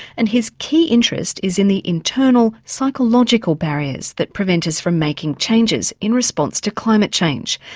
and his key interest is in the internal, psychological barriers that prevent us from making changes in response to climate change.